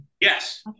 Yes